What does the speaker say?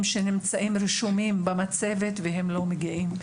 שנמצאים רשומים במצבת והם לא מגיעים,